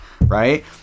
right